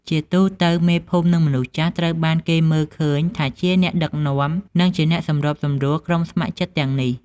ជាទូទៅ មេភូមិ និងមនុស្សចាស់ ត្រូវបានគេមើលឃើញថាជាអ្នកដឹកនាំ និង ជាអ្នកសម្របសម្រួលក្រុមស្ម័គ្រចិត្ត ទាំងនេះ។